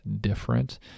different